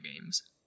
games